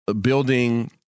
building